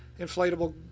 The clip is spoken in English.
inflatable